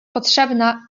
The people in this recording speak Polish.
potrzebna